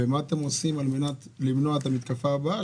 מה אתם עושים על מנת למנוע את המתקפה הבאה,